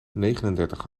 negenendertig